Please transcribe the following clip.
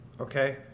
Okay